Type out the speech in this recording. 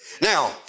Now